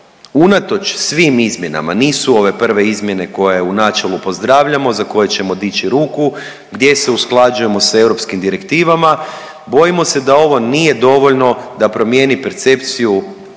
unatoč svim izmjenama, nisu ove prve izmjene koje u načelu pozdravljamo, za koje ćemo dići ruku gdje se usklađujemo s europskim direktivama, bojimo se da ovo nije dovoljno da promijeni percepciju